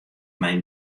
mei